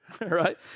Right